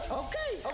okay